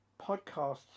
podcasts